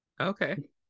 Okay